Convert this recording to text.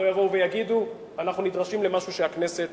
שלא יבואו ויגידו: אנחנו נדרשים למשהו שהכנסת